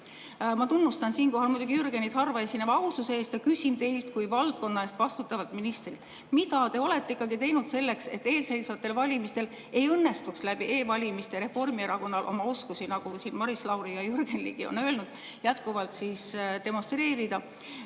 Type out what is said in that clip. tunnustan siinkohal muidugi Jürgenit harvaesineva aususe eest ja küsin teilt kui valdkonna eest vastutavalt ministrilt: mida te olete ikkagi teinud selleks, et eelseisvatel valimistel ei õnnestuks e‑valimiste abil Reformierakonnal oma oskusi, nagu Maris Lauri ja Jürgen Ligi on öelnud, jätkuvalt demonstreerida?